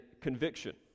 conviction